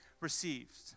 received